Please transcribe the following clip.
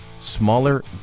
smaller